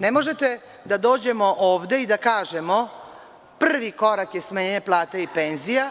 Ne možete da dođemo ovde i da kažemo – prvi korak je smanjenje plata i penzija,